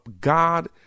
God